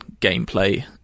gameplay